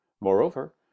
Moreover